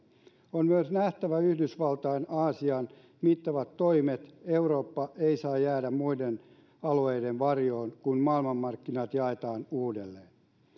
on myös nähtävä yhdysvaltain ja aasian mittavat toimet eurooppa ei saa jäädä muiden alueiden varjoon kun maailmanmarkkinat jaetaan uudelleen